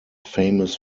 famous